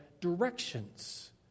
directions